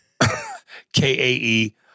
K-A-E